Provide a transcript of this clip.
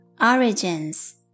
origins